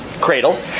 Cradle